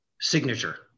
signature